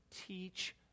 teach